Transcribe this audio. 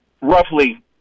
roughly